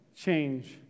change